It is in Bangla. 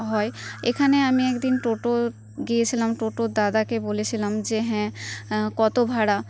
হয় এখানে আমি একদিন টোটো গিয়েছিলাম টোটো দাদাকে বলেছিলাম যে হ্যাঁ কত ভাড়া